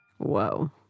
whoa